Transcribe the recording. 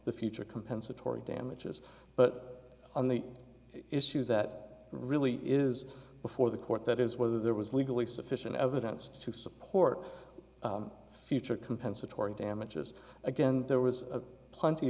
the future compensatory damages but on the issues that really is before the court that is whether there was legally sufficient evidence to support future compensatory damages again there was plenty